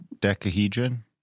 dodecahedron